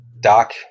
Doc